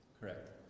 Correct